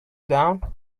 down